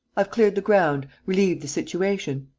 i've cleared the ground, relieved the situation.